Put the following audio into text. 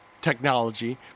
technology